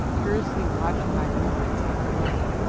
curiously watching my movements on the plain.